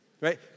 right